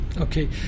okay